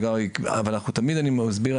אבל תמיד אני מסביר,